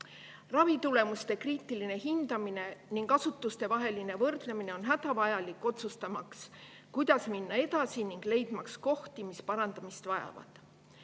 Ravitulemuste kriitiline hindamine ning asutustevaheline võrdlemine on hädavajalik otsustamaks, kuidas minna edasi, ning leidmaks kohti, mis parandamist vajavad.